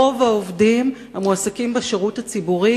רוב העובדים המועסקים בשירות הציבורי